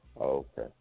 okay